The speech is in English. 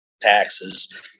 taxes